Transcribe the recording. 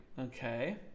Okay